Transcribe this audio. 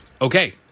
okay